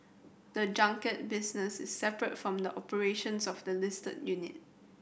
the junket business is separate from the operations of the listed unit